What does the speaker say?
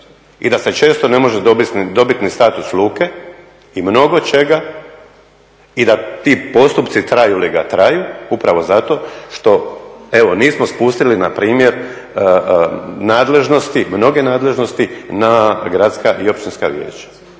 i da se često ne može dobiti ni status luke i mnogo čega i da ti postupci traju li ga traju upravo zato što nismo spustili npr. nadležnosti mnoge nadležnosti na gradske i općinska vijeća,